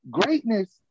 greatness